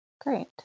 Great